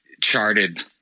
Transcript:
charted